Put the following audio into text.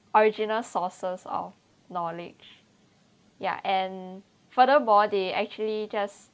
original sources of knowledge ya and furthermore they actually just